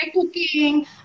cooking